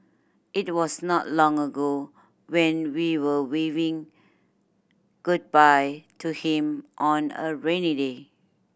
it was not long ago when we were waving goodbye to him on a rainy day